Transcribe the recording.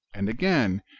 and again,